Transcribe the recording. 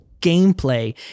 gameplay